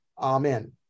Amen